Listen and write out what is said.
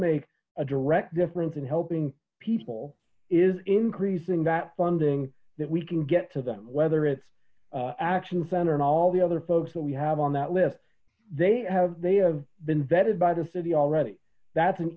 make a direct difference in helping people is increasing that funding that we can get to them whether it's action center and all the other folks that we have on that list they have they have been vetted by the city already that's an